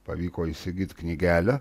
pavyko įsigyt knygelę